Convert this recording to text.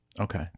Okay